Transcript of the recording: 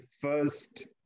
first